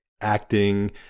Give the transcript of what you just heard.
acting